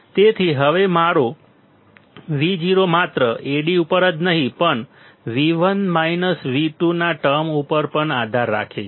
તેથી હવે મારો Vo માત્ર Ad ઉપર જ નહીં પણ V1 V2 ના ટર્મ ઉપર પણ આધાર રાખે છે